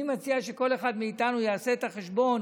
אני מציע שכל אחד מאיתנו יעשה את החשבון